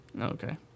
Okay